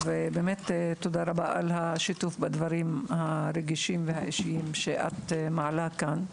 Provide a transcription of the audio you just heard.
תודה רבה על השיתוף בדברים האישיים והרגישים שאת מעלה כאן.